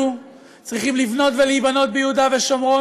אנחנו צריכים לבנות ולהיבנות ביהודה ושומרון,